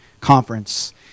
Conference